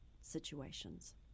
situations